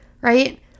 right